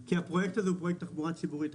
כי הפרויקט הזה הוא פרויקט תחבורה ציבורית,